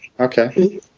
Okay